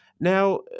Now